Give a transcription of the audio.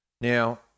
now